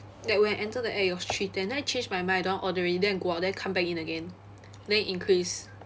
like when I entered the application it was three ten then I changed my mind I don't to want order already then I go out then I come back in again then it increased